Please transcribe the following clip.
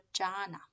jhana